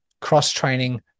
cross-training